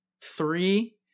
three